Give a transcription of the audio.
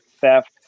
theft